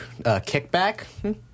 kickback